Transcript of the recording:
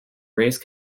race